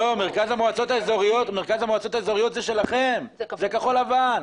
לא, מרכז המועצות האזוריות זה שלכם, זה כחול לבן,